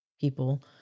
people